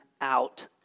out